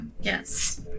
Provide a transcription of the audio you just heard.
yes